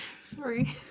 Sorry